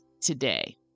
today